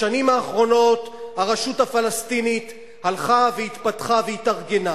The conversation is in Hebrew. בשנים האחרונות הרשות הפלסטינית הלכה והתפתחה והתארגנה.